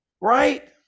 right